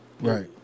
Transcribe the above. Right